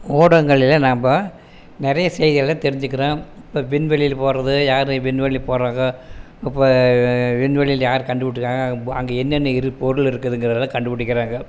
ஊடகங்களில் நாம்ப நிறைய செய்திகளை தெரிஞ்சுக்கிறோம் இப்போ விண்வெளியில் போகிறது யார் விண்வெளியில் போறாங்க இப்போ விண்வெளியில் யார் கண்டுவிற்றுக்காங்கள் அங்கே அங்கே என்ன என்ன பொருள் இருக்குதுங்கிறத எல்லாம் கண்டுபிடிக்கிறாங்க